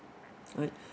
right